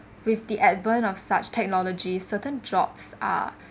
with the advent of such technology certain jobs are